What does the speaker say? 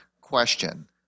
question